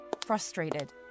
frustrated